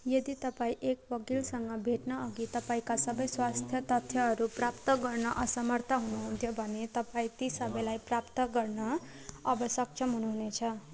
यदि तपाईँ एक वकिलसँग भेट्नअघि तपाईँका सबै स्वास्थ्य तथ्यहरू प्राप्त गर्न असमर्थ हुनुहुन्थ्यो भने तपाईँ ती सबैलाई प्राप्त गर्न अब सक्षम हुनुहुनेछ